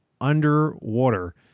underwater